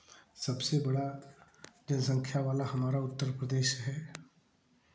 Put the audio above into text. सबसे बड़ा जनसंख्या वाला हमारा उत्तर प्रदेश है